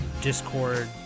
Discord